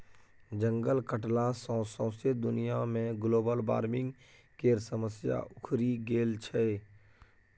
जंगल कटला सँ सौंसे दुनिया मे ग्लोबल बार्मिंग केर समस्या उखरि गेल छै